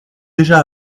déjà